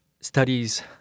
studies